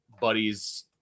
buddies –